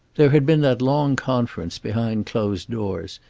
there had been that long conference behind closed doors,